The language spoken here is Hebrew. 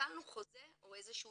וביטלנו חוזה או איזה שהוא